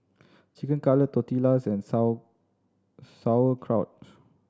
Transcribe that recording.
Chicken Cutlet Tortillas and Sauerkraut